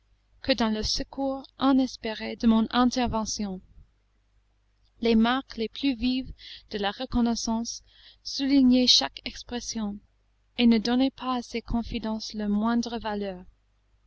que dans le secours inespéré de mon intervention les marques les plus vives de la reconnaissance soulignaient chaque expression et ne donnaient pas à ses confidences leur moindre valeur